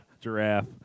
giraffe